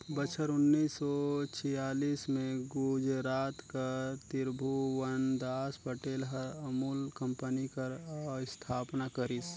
बछर उन्नीस सव छियालीस में गुजरात कर तिरभुवनदास पटेल हर अमूल कंपनी कर अस्थापना करिस